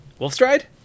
Wolfstride